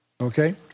Okay